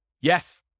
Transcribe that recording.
Yes